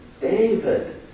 David